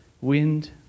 wind